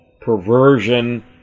perversion